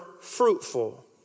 fruitful